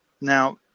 Now